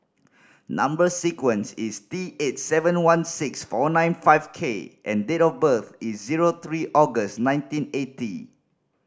number sequence is T eight seven one six four nine five K and date of birth is zero three August nineteen eighty